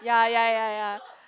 ya ya ya ya